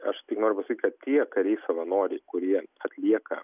aš tik noriu pasakyt kad tie kariai savanoriai kurie atlieka